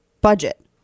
budget